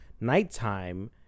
nighttime